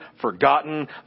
forgotten